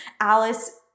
Alice